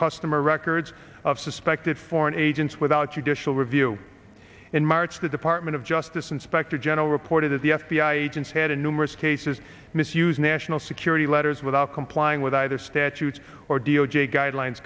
customer records of suspected foreign agents without you disha review in march the department of justice inspector general reported that the f b i agents had a numerous cases misuse national security letters without complying with either statutes or d o j guidelines